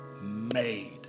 made